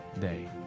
day